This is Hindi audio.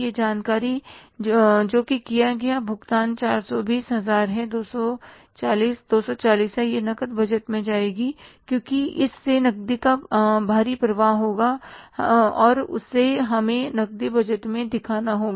यह जानकारी जोकि किया गया भुगतान 420 हजार है 240 240 है यह नकद बजट में जाएगी क्योंकि इससे नकदी का बाहरी प्रवाह होगा और उसे हमें नकदी बजट में दिखाना होगा